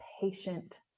patient